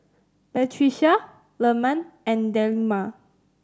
Batrisya Leman and Delima